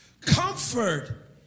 Comfort